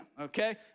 okay